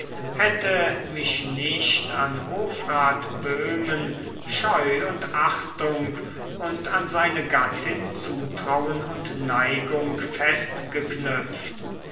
hätte mich nicht an hofrat böhmen scheu und achtung und an seine gattin zutrauen und neigung